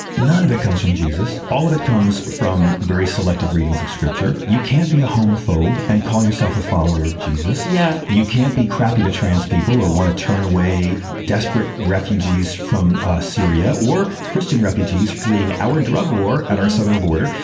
none of it comes from jesus. all of it comes from very selective readings of scripture. you can't be a homophobe and call yourself a follower of jesus yeah you can't be crappy to trans people or want to turn away desperate refugees from syria or christian refugees fleeing our drug war at our southern border.